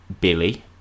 Billy